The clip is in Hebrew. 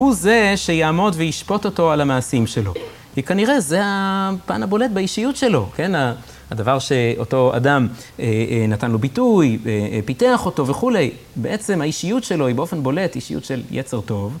הוא זה שיעמוד וישפוט אותו על המעשים שלו. כי כנראה זה הפן הבולט באישיות שלו. הדבר שאותו אדם נתן לו ביטוי, פיתח אותו וכולי. בעצם האישיות שלו היא באופן בולט אישיות של יצר טוב.